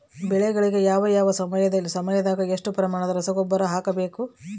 ಬೆಳೆಗಳಿಗೆ ಯಾವ ಯಾವ ಸಮಯದಾಗ ಎಷ್ಟು ಪ್ರಮಾಣದ ರಸಗೊಬ್ಬರವನ್ನು ಹಾಕಬೇಕು?